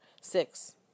six